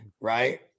Right